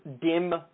dim